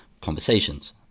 conversations